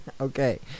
okay